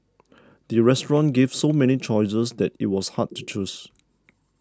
the restaurant gave so many choices that it was hard to choose